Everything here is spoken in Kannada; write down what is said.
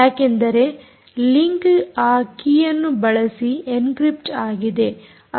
ಯಾಕೆಂದರೆ ಲಿಂಕ್ ಆ ಕೀಯನ್ನು ಬಳಸಿ ಎನ್ಕ್ರಿಪ್ಟ್ ಆಗಿದೆ